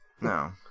No